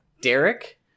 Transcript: derek